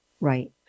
Right